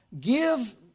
Give